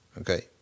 Okay